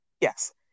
Yes